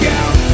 out